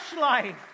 life